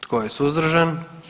Tko je suzdržan?